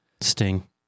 Sting